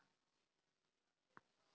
स्वास्थ्य बीमा कहा से बना है?